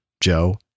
Joe